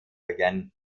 began